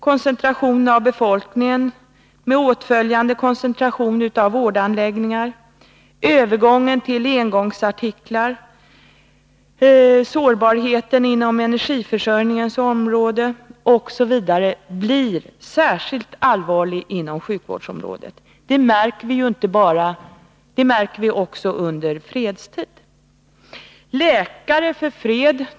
Koncentrationen av befolkningen med åtföljande koncentration av vårdanläggningar, övergången till engångsartiklar, sårbarheten inom energiförsörjningens område osv. blir särskilt allvarlig inom sjukvårdsområdet. Det märker vi ju också under fredstid.